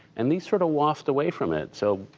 and these sort of waft away from it. so,